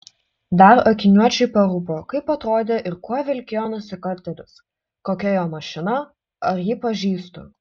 dar akiniuočiui parūpo kaip atrodė ir kuo vilkėjo nusikaltėlis kokia jo mašina ar jį pažįstu